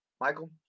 Michael